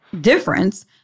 difference